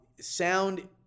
sound